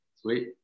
sweet